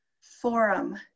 forum